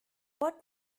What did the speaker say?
what